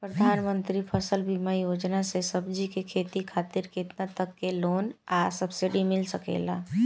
प्रधानमंत्री फसल बीमा योजना से सब्जी के खेती खातिर केतना तक के लोन आ सब्सिडी मिल सकेला?